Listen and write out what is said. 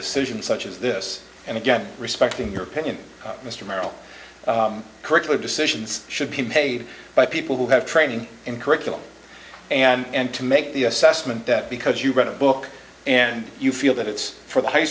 curricula cision such as this and again respecting your opinion mr merrill curricular decisions should be paid by people who have training in curriculum and to make the assessment that because you read a book and you feel that it's for the high